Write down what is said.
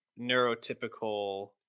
neurotypical